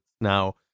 now